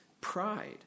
pride